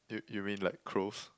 you you mean like crows